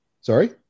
sorry